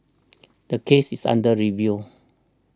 the case is under review